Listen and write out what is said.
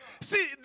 See